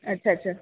अच्छा अच्छा